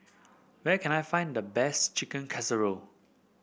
where can I find the best Chicken Casserole